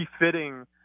refitting